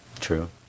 True